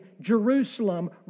Jerusalem